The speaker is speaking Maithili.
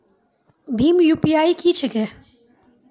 भीम यु.पी.आई की छीके?